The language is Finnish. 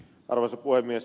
arvoisa puhemies